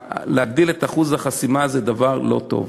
הגדלת אחוז החסימה זה דבר לא טוב.